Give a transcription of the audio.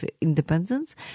independence